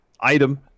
item